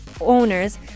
owners